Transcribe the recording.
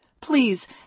Please